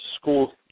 school